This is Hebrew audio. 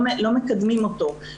לא מקדמים אותו,